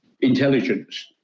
intelligence